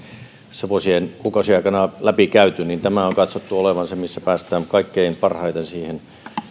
tässä vuosien kuukausien aikana läpi käyty tämän on katsottu olevan se missä päästään kaikkein parhaiten